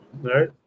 right